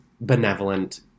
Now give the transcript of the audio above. benevolent